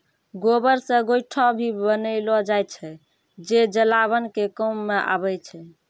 गोबर से गोयठो भी बनेलो जाय छै जे जलावन के काम मॅ आबै छै